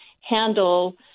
handle